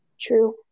True